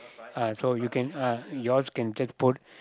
uh so you can uh yours can just put